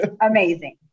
Amazing